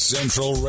Central